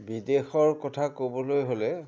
বিদেশৰ কথা ক'বলৈ হ'লে